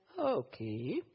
Okay